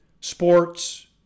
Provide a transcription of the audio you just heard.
sports